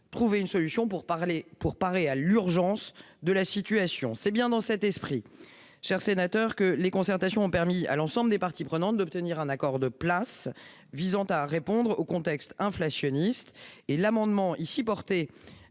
trouvé une solution pour parer à l'urgence de la situation. Dans cet esprit, les concertations ont permis à l'ensemble des parties prenantes d'obtenir un accord de place, visant à répondre au contexte inflationniste. L'amendement défendu